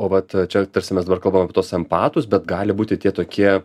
o vat čia tarsi mes dabar kalbam apie tuos empatus bet gali būti tie tokie